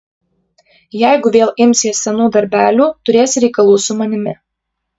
jeigu vėl imsies senų darbelių turėsi reikalų su manimi